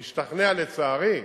והשתכנע, לצערי,